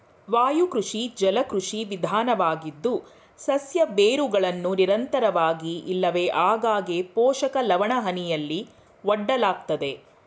ವಾಯುಕೃಷಿ ಜಲಕೃಷಿ ವಿಧಾನವಾಗಿದ್ದು ಸಸ್ಯ ಬೇರುಗಳನ್ನು ನಿರಂತರವಾಗಿ ಇಲ್ಲವೆ ಆಗಾಗ್ಗೆ ಪೋಷಕ ಲವಣಹನಿಯಲ್ಲಿ ಒಡ್ಡಲಾಗ್ತದೆ